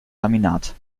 laminat